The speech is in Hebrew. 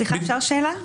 אפשר לשאול שאלה?